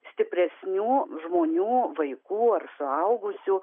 stipresnių žmonių vaikų ar suaugusių